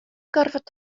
gorfod